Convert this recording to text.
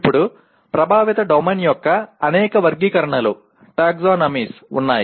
ఇప్పుడు ప్రభావిత డొమైన్ యొక్క అనేక వర్గీకరణలు ఉన్నాయి